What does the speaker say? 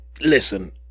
Listen